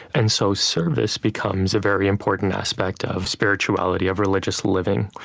and so service becomes a very important aspect of spirituality, of religious living.